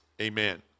amen